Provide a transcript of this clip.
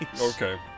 Okay